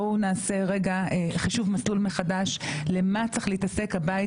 בואו נעשה רגע חישוב מסלול מחדש במה צריך להתעסק הבית